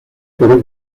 por